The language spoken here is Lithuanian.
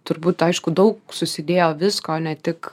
turbūt aišku daug susidėjo visko ne tik